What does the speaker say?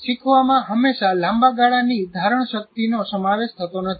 શીખવામાં હંમેશા લાંબા ગાળાની ધારણશક્તિનો સમાવેશ થતો નથી